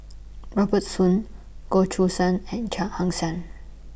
Robert Soon Goh Choo San and Chia Ann Siang